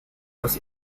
aus